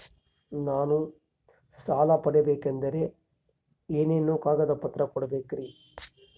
ನಾನು ಸಾಲ ಪಡಕೋಬೇಕಂದರೆ ಏನೇನು ಕಾಗದ ಪತ್ರ ಕೋಡಬೇಕ್ರಿ?